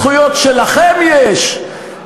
ולתת להם את אותן הזכויות שלכם יש,